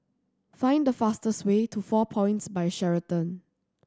find the fastest way to Four Points By Sheraton